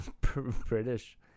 British